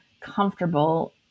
comfortable